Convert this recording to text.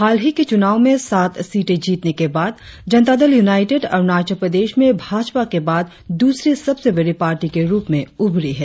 हालही के चुनाव में सात सीटें जीतने के बाद जनता दल यूनाईटेड अरुणाचल प्रदेश में भाजपा के बाद द्रसरी सबसे बड़ी पार्टी के रुप में उभरी है